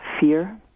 fear